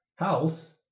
house